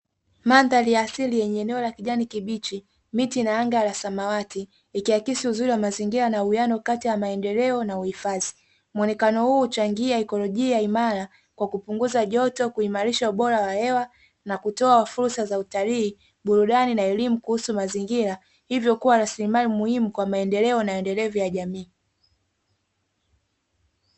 Mandhari ya asili yenye eneo la kijani kibichi, miti ina anga la samawati ikiakisi uzuri wa mazingira na uwiano kati ya maendeleo na uhifadhi. Muonekano huu huchangia ikolojia imara kwa kupunguza joto, kuimarisha ubora wa hewa na kutoa fursa za utalii, burudani na elimu kuhusu mazingira, hivyo kuwa rasilimali muhimu kwa maendeleo na endelevu ya jamii.